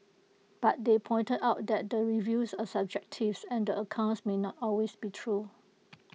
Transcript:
but they pointed out that the reviews are subjectives and the accounts may not always be true